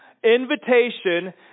invitation